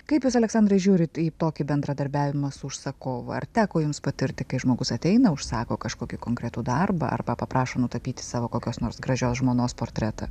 kaip jūs aleksandrai žiūrit į tokį bendradarbiavimą su užsakovu ar teko jums patirti kai žmogus ateina užsako kažkokį konkretų darbą arba paprašo nutapyti savo kokios nors gražios žmonos portretą